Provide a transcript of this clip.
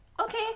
Okay